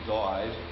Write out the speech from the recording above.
died